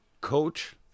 coach